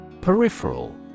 Peripheral